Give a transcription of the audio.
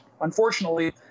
unfortunately